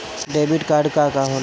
Debit card का होला?